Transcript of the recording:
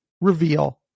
reveal